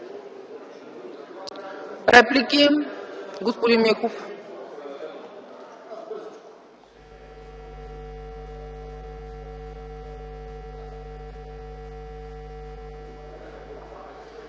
Реплики? Господин Михов.